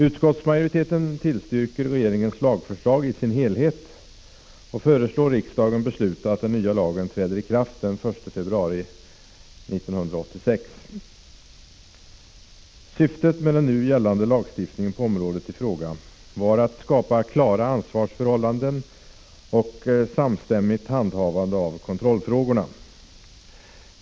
Utskottsmajoriteten tillstyrker regeringens lagförslag i dess helhet och hemställer att riksdagen beslutar att den nya lagen träder i kraft den 1 februari 1986. Syftet med den nu gällande lagstiftningen på området i fråga var att skapa klara ansvarsförhållanden och ett samstämmigt handhavande av kontrollfrågorna.